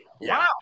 Wow